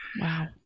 Wow